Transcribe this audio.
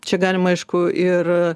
čia galima aišku ir